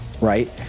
right